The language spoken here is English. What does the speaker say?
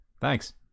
Thanks